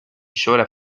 llora